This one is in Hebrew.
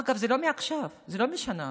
אגב, זה לא מעכשיו, זה לא מהשנה הזאת.